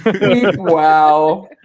wow